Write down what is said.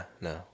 no